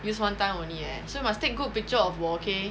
use one time only eh so you must take good picture of 我 okay